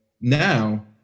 now